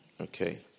Okay